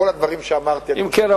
אני חושב,